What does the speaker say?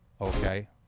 okay